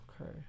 Okay